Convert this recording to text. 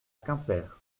quimper